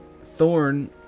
Thorn